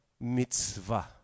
Mitzvah